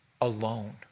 alone